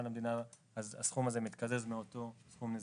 למדינה ואז הסכום הזה מתקזז מאותו סכום נזיקי.